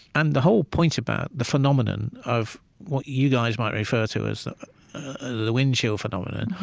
and the whole point about the phenomenon of what you guys might refer to as the windshield phenomenon,